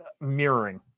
mirroring